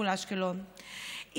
מול אשקלון,